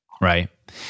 right